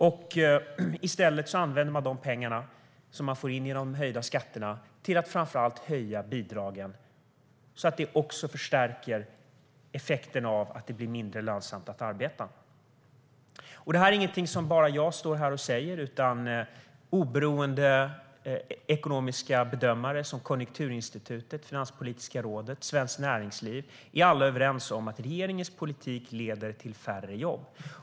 I stället använder man de pengar som man får in genom de höjda skatterna till att framför allt höja bidragen, så att det också förstärker effekten av att det blir mindre lönsamt att arbeta. Detta är inte något som bara jag står här och säger, utan oberoende ekonomiska bedömare, som Konjunkturinstitutet, Finanspolitiska rådet och Svenskt Näringsliv, är alla överens om att regeringens politik leder till färre jobb.